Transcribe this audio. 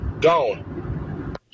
gone